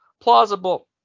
plausible